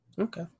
okay